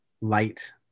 light